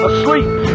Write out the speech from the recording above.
Asleep